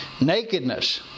Nakedness